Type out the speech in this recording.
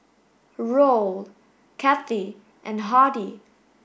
Roll Cathie and Hardy